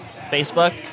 Facebook